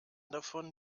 davon